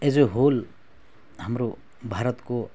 as a whole हाम्रो भारतको